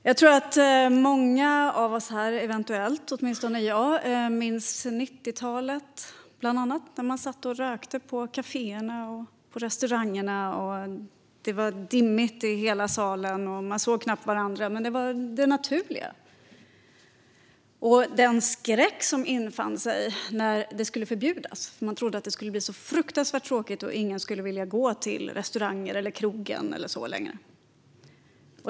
Jag tror att många av oss här - åtminstone jag - minns 90-talet, när man satt och rökte på kaféer och restauranger. Det var dimmigt i hela salen. Man såg knappt varandra, men det var det naturliga. Skräck infann sig när rökning skulle förbjudas. Man trodde att det skulle bli så fruktansvärt tråkigt och att ingen skulle vilja gå till restauranger eller krogar.